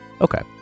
Okay